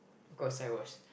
cause I was